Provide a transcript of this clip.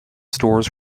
stores